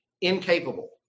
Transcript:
incapable